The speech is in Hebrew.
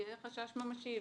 שיהיה חשש ממשי,